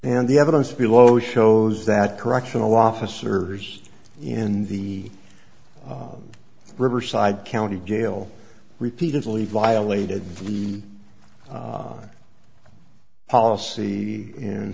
and the evidence below shows that correctional officers in the riverside county jail repeatedly violated the policy in